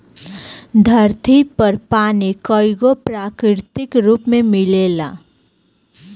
धरती पर पानी कईगो प्राकृतिक रूप में मिलेला